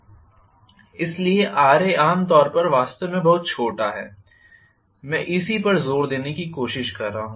इसलिए Raआम तौर पर वास्तव में बहुत छोटा है मैं इसी पर जोर देने की कोशिश कर रहा हूं